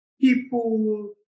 people